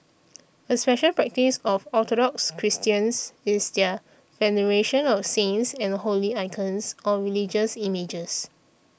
a special practice of Orthodox Christians is their veneration of saints and holy icons on religious images